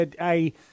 I